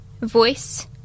voice